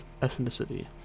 ethnicity